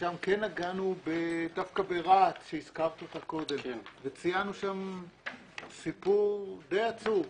ושם כן נגענו דווקא ברהט שהזכרת קודם וציינו שם סיפור די עצוב.